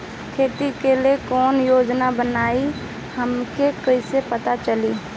खेती के लिए कौने योजना बा ई हमके कईसे पता चली?